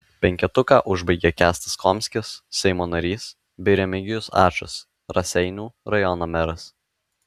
penketuką užbaigia kęstas komskis seimo narys bei remigijus ačas raseinių rajono meras